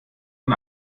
nun